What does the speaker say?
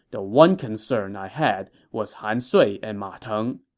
the one concern i had was han sui and ma teng.